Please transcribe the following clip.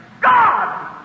God